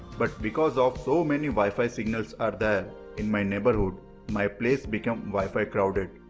but because of so many wifi signals are there in my neighbourhood my place became wifi crowded.